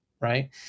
right